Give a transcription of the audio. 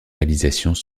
réalisations